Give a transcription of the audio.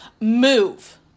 move